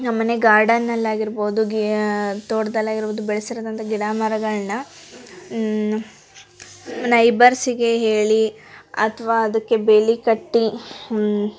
ನಮ್ಮನೆ ಗಾರ್ಡನ್ನಲ್ಲಾಗಿರ್ಬೋದು ಗೀ ತೋಟ್ದಲ್ಲಿ ಆಗಿರ್ಬೋದು ಬೆಳೆಸಿರುದಂಥ ಗಿಡ ಮರಗಳನ್ನ ನೈಬರ್ಸಿಗೆ ಹೇಳಿ ಅಥ್ವಾ ಅದಕ್ಕೆ ಬೇಲಿ ಕಟ್ಟಿ ಹ್ಞ್